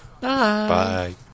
Bye